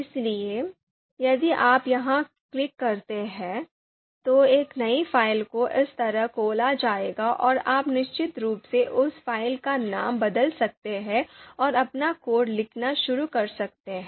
इसलिए यदि आप यहां क्लिक करते हैं तो एक नई फ़ाइल को इस तरह खोला जाएगा और आप निश्चित रूप से उस फ़ाइल का नाम बदल सकते हैं और अपना कोड लिखना शुरू कर सकते हैं